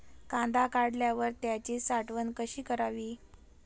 कांदा काढल्यावर त्याची साठवण कशी करावी?